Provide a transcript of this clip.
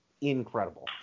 incredible